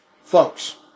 Folks